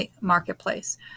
marketplace